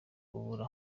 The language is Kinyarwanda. ubura